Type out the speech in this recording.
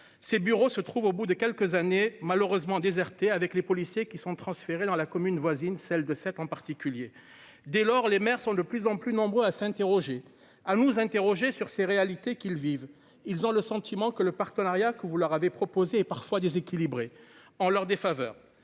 ses bureaux se trouve au bout de quelques années, malheureusement déserté avec les policiers qui sont transférés dans la commune voisine, celle de cette en particulier dès lors, les maires sont de plus en plus nombreux à s'interroger à nous interroger sur ces réalités qu'ils vivent, ils ont le sentiment que le partenariat que vous leur avait proposé et parfois déséquilibré en leur défaveur,